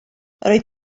roedd